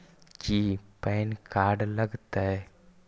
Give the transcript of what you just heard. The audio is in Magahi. की पैन कार्ड लग तै?